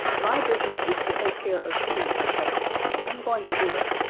my business is to take care of you, my precious, and i'm going to do it.